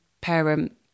parent